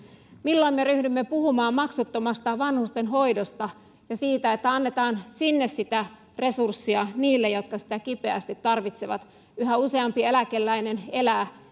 milloin me ryhdymme puhumaan maksuttomasta vanhustenhoidosta ja siitä että annetaan sinne resurssia niille jotka sitä kipeästi tarvitsevat yhä useampi eläkeläinen elää